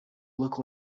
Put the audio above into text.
look